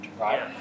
right